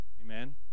amen